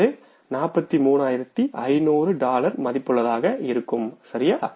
அது 43500 டாலர் மதிப்புள்ளதாக இருக்கும் சரியா